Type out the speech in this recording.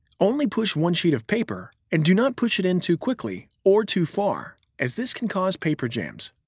only push one sheet of paper, and do not push it in too quickly or too far as this can cause paper jams.